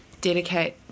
dedicate